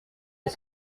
les